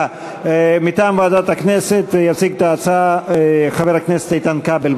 מטעם ועדת הכנסת יציג את ההצעה חבר הכנסת איתן כבל.